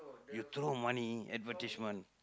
you throw money in advertisement